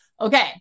okay